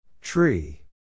Tree